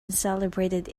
celebrated